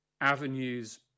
avenues